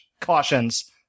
cautions